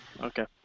Okay